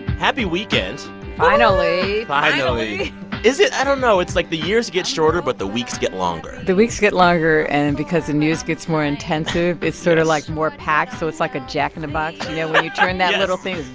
happy weekend finally finally is it? i don't know, it's like the years get shorter but the weeks get longer the weeks get longer. and because the news gets more intensive, it's sort of like more packed. so it's like a jack in the box, you know, when you turn that little thing,